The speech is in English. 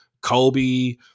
Kobe